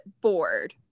bored